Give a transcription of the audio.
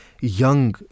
young